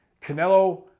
Canelo